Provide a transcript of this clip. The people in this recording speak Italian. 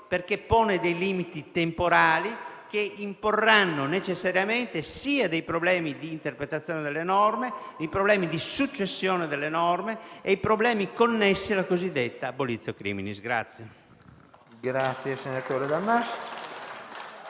perché pone dei limiti temporali che imporranno necessariamente dei problemi sia di interpretazione delle norme, sia di successione delle norme, sia connessi alla cosiddetta *abolitio criminis.*